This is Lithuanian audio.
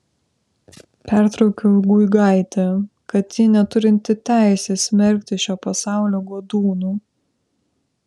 pertraukiau guigaitę kad ji neturinti teisės smerkti šio pasaulio godūnų